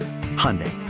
Hyundai